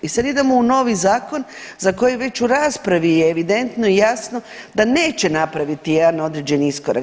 I sad idemo u novi zakon za koji već u raspravi je evidentno i jasno da neće napraviti jedan određeni iskorak.